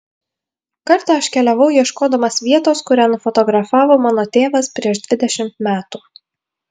kartą aš keliavau ieškodamas vietos kurią nufotografavo mano tėvas prieš dvidešimt metų